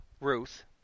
Ruth